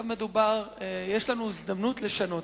מדובר, יש לנו הזדמנות לשנות.